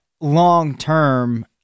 long-term